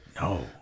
No